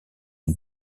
une